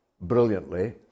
brilliantly